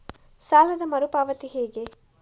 ಸಾಲದ ಮರು ಪಾವತಿ ಹೇಗೆ?